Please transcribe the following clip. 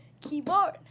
Keyboard